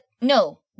No